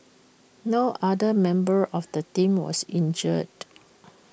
no other member of the team was injured